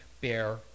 bear